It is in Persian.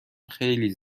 خیلی